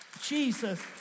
Jesus